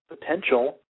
potential